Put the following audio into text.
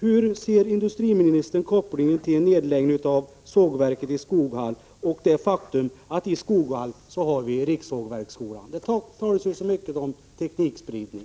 Hur ser industriministern på kopplingen mellan nedläggningen av sågverket i Skoghall och det faktum att vi i Skoghall har Rikssågverksskolan? Det talas ju så mycket om teknikspridning.